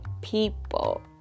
people